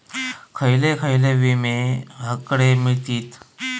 खयले खयले विमे हकडे मिळतीत?